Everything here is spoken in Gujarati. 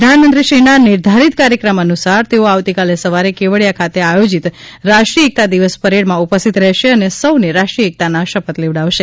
પ્રધાનમંત્રીશ્રીના નિર્ધારિત કાર્યક્રમ અનુસાર તેઓ આવતીકાલે સવારે કેવડીયા ખાતે આયોજિત રાષ્ટ્રીય એકતા દિવસ પરેડમાં ઉપસ્થિત રહેશે અને સૌને રાષ્ટ્રીય એકતાના શપથ લેવડાવશે